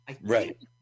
Right